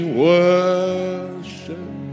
worship